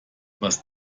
was